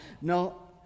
No